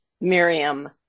Miriam